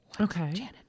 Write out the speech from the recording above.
Okay